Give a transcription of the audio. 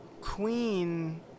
Queen